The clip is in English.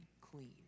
clean